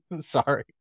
sorry